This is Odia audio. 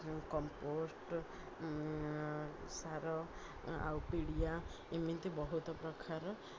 କମ୍ପୋଷ୍ଟ ସାର ଆଉ ପିଡ଼ିଆ ଏମିତି ବହୁତ ପ୍ରକାର